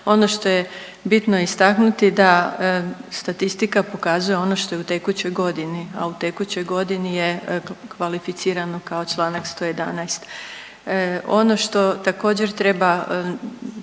ono što je bitno istaknuti da statistika pokazuje ono što je u tekućoj godini, a u tekućoj godini je kvalificirano kao čl. 111. Ono što također treba